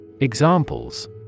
Examples